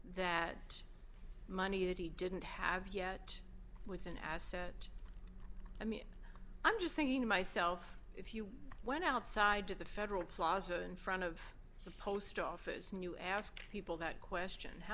that money that he didn't have yet was an asset i mean i'm just thinking to myself if you went outside to the federal plaza in front of the post office new ask people that question how